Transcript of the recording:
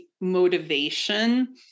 motivation